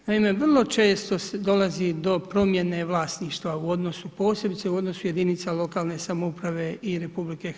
Naime, vrlo često dolazi do promjene vlasništva, posebice u odnosu jedinica lokalne samouprave i RH.